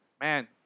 man